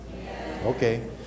Okay